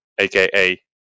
aka